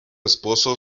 esposo